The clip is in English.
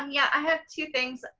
um yeah, i have two things.